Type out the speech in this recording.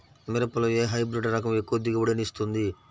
మిరపలో ఏ హైబ్రిడ్ రకం ఎక్కువ దిగుబడిని ఇస్తుంది?